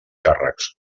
càrrecs